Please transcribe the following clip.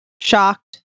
Shocked